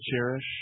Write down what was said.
cherish